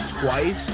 twice